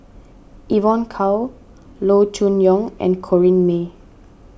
Evon Kow Loo Choon Yong and Corrinne May